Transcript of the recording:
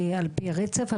יהיה על פי רצף,